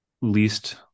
least